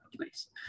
nice